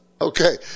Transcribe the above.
Okay